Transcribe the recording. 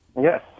Yes